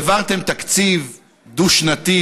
העברתם תקציב דו-שנתי,